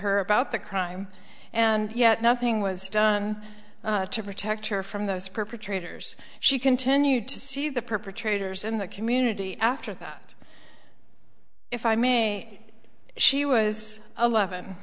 her about the crime and yet nothing was done to protect her from those perpetrators she continued to see the perpetrators in the community after thought if i may she was eleven